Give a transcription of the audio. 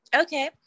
Okay